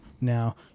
now